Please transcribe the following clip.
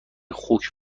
خوک